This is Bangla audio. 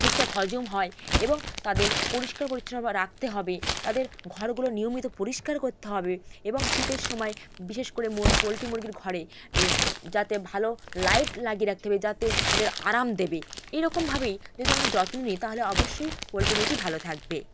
ঠিকঠাক হজম হয় এবং তাদের পরিষ্কার পরিচ্ছন্ন রাখতে হবে তাদের ঘরগুলো নিয়মিত পরিষ্কার করতে হবে এবং শীতের সময়ে বিশেষ করে পোলট্রি মুরগির ঘরে যাতে ভালো লাইট লাগিয়ে রাখতে হবে যাতে তাদের আরাম দেবে এরকম ভাবেই যদি আমরা যত্ন নিই তাহলে অবশ্যই পোলট্রি মুরগি ভালো থাকবে